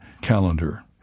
calendar